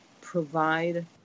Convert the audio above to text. provide